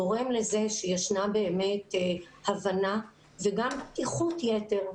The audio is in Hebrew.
גורם לכך שיש הבנה וגם פתיחות יתר.